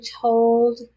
told